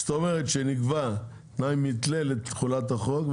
זאת אומרת שנקבע תנאי מתלה לתחולת החוק,